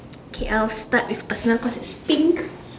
K I'll start with personal cause it's pink